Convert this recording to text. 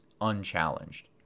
unchallenged